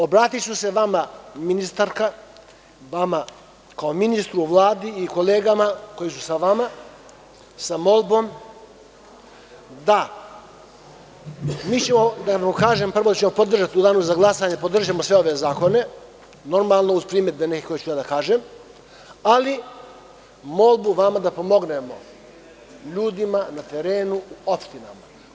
Obratiću se vama, ministarka, vama kao ministru u Vladi i kolegama koji su sa vama, sa molbom da, prvo, da vam kažem prvo, mi ćemo podržati u Danu za glasanje sve ove zakone, normalno uz primedbe, neke koje ću ja da kažem, ali molbu vama da pomognemo ljudima na terenu u opštinama.